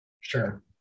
Sure